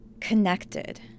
connected